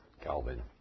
Calvin